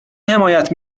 حمایت